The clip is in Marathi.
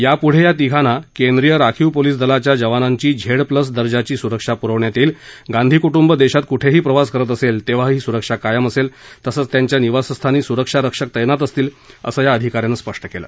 यापुढे या तिघांना केंद्रीय राखीव पोलीस दलाच्या जवानांची झेड प्लस दर्जाची सुरक्षा पुरवण्यात येईल गांधी कुटुंब देशात कुठेही प्रवास करत असेल तेव्हा ती सुरक्षा कायम असेल तसंच त्यांच्या निवास स्थानी सुरक्षा रक्षक तम्पित असतील असं या अधिकाऱ्यांनं सांगितलं